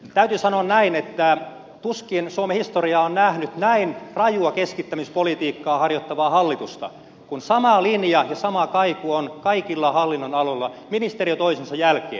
täytyy sanoa näin että tuskin suomen historia on nähnyt näin rajua keskittämispolitiikka harjoittavaa hallitusta kun sama linja ja sama kaiku on kaikilla hallinnonaloilla ministeriö toisensa jälkeen